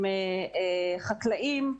עם חקלאים,